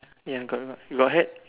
ya got a lot got hat